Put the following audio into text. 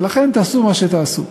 ולכן תעשו מה שתעשו.